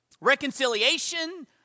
Reconciliation